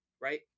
right